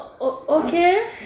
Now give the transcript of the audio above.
okay